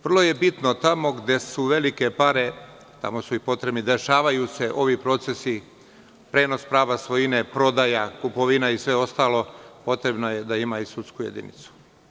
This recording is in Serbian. Vrlo je bitno tamo gde su velike pare, tamo su i potrebne, dešavaju se ovi procesi: prenos prava svojine, prodaja, kupovina i sve ostalo, potrebno je da imaju sudsku jedinicu.